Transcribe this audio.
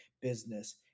business